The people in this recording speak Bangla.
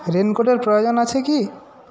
রেনকোটের প্রয়োজন আছে কি